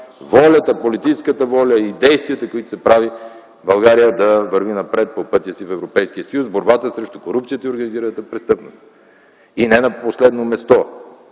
оцениха политическата воля и действията, които се правят, България да върви напред по пътя си в Европейския съюз в борбата срещу корупцията и организираната престъпност. Не на последно място,